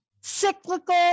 cyclical